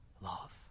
love